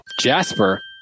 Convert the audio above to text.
Jasper